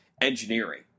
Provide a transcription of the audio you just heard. engineering